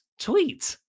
tweet